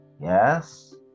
Yes